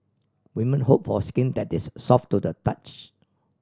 women hope for skin that is soft to the touch